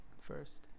first